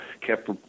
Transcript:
kept